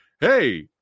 hey